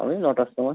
আমি নটার সমায়